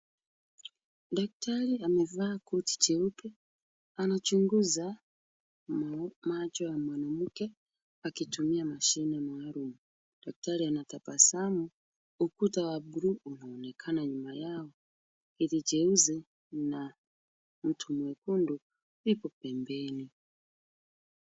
Daktari amevaa koti jeupe anachunguza macho ya mwanamke akitumia mashine maalum. Daktari anatabasamu ukuta wa bulu unaonekana nyuma yao, miti jeusi na mto mwekundu iko pembeni .